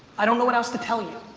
i don't know what else to tell you.